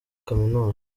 kaminuza